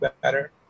better